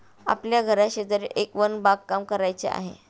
आपल्या घराशेजारी एक वन बागकाम करायचे आहे